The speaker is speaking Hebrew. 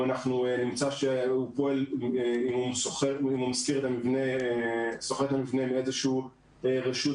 אם נמצא שהוא שוכר את המבנה מאיזושהי רשות